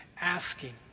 asking